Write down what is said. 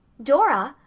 dora!